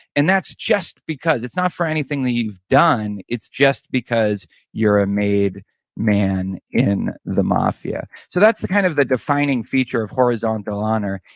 and that's just because, it's not for anything that you've done, it's just because you're a made man in the mafia. so that's the kind of the defining feature of horizontal honor,